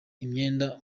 imyenda